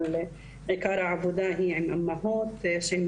אבל עיקר העבודה היא עם אימהות שהן